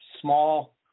small